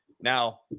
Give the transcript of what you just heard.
Now